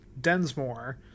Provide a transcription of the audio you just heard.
Densmore